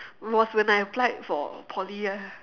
was when I applied for poly eh